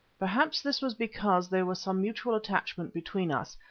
perhaps this was because there was some mutual attachment between us,